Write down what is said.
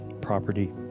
property